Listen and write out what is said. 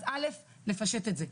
אז אלף לפשט את זה.